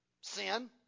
Sin